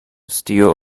steal